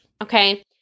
okay